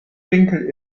winkel